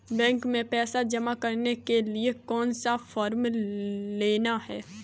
Bank में पैसा जमा करने के लिए कौन सा फॉर्म लेना है?